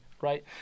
right